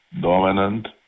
Dominant